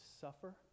suffer